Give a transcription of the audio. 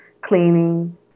cleaning